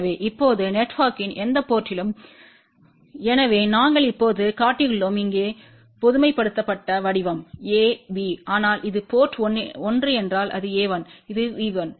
எனவே இப்போது நெட்வொர்க்கின் எந்த போர்ட்த்திலும் எனவே நாங்கள் இப்போது காட்டியுள்ளோம் இங்கே பொதுமைப்படுத்தப்பட்ட வடிவம் a b ஆனால் இது போர்ட் 1 என்றால் இது a1 இது V1